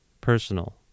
personal